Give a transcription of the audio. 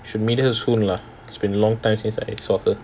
should meet her soon lah it's been long time since I saw her